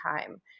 time